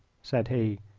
said he,